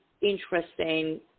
interesting